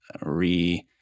re